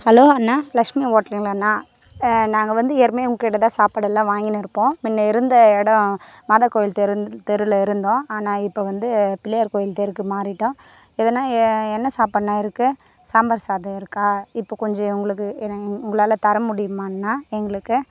hello அண்ணா லட்சுமி ஹோட்டலுங்களா அண்ணா நாங்கள் வந்து ஏற்கனவே உங்கக்கிட்ட தான் சாப்பாடெல்லாம் வாங்கிட்டு இருப்போம் முன்ன இருந்த இடோம் மாதா கோவில் தெரு தெருவில் இருந்தோம் ஆனால் இப்போ வந்து பிள்ளையார் கோவில் தெருக்கு மாறிட்டோம் எதனால் என்ன சாப்பாடுணா இருக்குது சாம்பார் சாதம் இருக்கா இப்போ கொஞ்சம் உங்களுக்கு உங்களால் தர முடியுமாண்ணா எங்களுக்கு